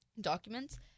documents